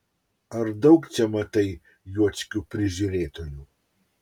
ar daug čia matai juočkių prižiūrėtojų